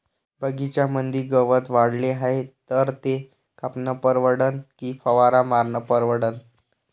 बगीच्यामंदी गवत वाढले हाये तर ते कापनं परवडन की फवारा मारनं परवडन?